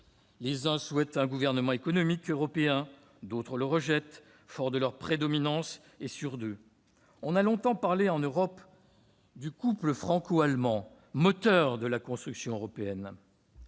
Les uns souhaitent un gouvernement économique européen, d'autres le rejettent, forts de leur prédominance et sûrs d'eux. On a longtemps parlé, en Europe, du couple franco-allemand, moteur de la construction européenne.